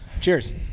cheers